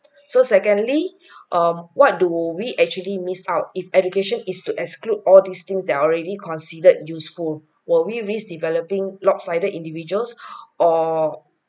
so secondly um what do we actually missed out if education is to exclude all these things that are already considered useful will we risk developing lopsided individuals or